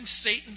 Satan